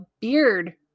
beard